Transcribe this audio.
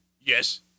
Yes